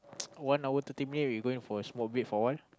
one hour thirty minutes we going to a small break for a while